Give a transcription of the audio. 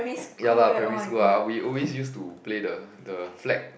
ya lah primary school lah we always used to play the the flag